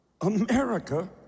America